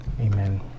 Amen